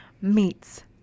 meets